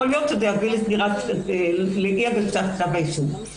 להיות שזה יביא לאי הגשת כתב האישום.